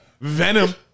Venom